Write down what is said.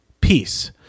peace